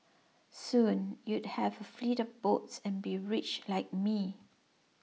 soon you'd have a fleet boats and be rich like me